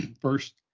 first